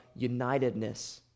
unitedness